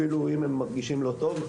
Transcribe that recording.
אפילו אם הם מרגישים לא טוב.